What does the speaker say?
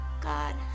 God